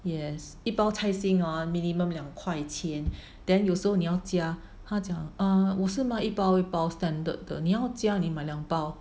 yes 一包菜心 ah minimum 两块钱 then 有时候你要加她讲 err 我是买一包一包 standard 的你要加你买两包